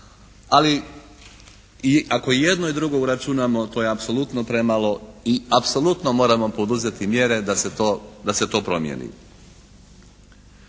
Ali i ako i jedno i drugo uračunamo to je apsolutno premalo i apsolutno moramo poduzeti mjere da se to promijeni.